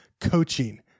coaching